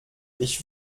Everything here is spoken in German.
ich